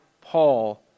Paul